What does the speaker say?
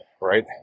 right